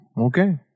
okay